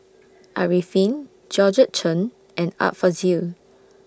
Arifin Georgette Chen and Art Fazil